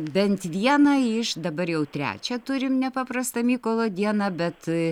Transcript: bent vieną iš dabar jau trečią turim nepaprastą mykolą dieną bet